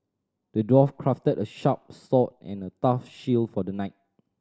the dwarf crafted a sharp sword and a tough shield for the knight